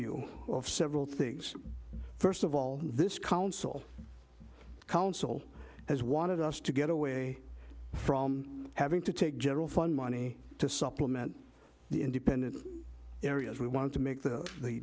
you of several things first of all this council council has wanted us to get away from having to take general fund money to supplement the independent areas we wanted to make the the